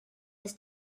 has